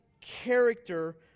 character